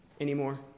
anymore